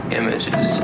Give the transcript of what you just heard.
images